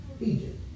Egypt